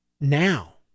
now